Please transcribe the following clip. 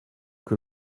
que